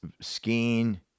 skiing